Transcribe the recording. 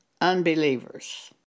unbelievers